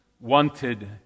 wanted